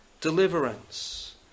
deliverance